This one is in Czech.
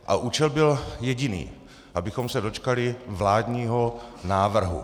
A účel byl jediný abychom se dočkali vládního návrhu.